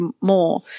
more